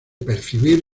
percibir